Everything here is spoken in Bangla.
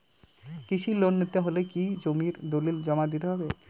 কৃষি লোন নিতে হলে কি কোনো জমির দলিল জমা দিতে হবে?